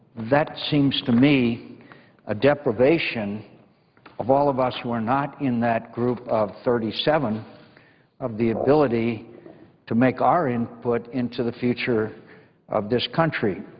that seems to me a deprivation of all of us who are not in that group of thirty seven of the ability to make our input into the future of this country.